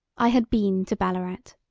i had been to ballarat.